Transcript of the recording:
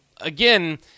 Again